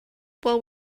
while